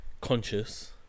conscious